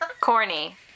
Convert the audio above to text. Corny